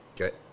Okay